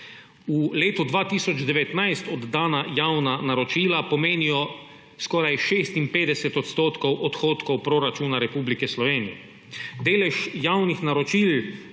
V letu 2019 oddana javna naročila pomenijo skoraj 56 % odhodkov proračuna Republike Slovenije. Delež javnih naročil